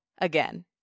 again